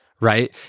Right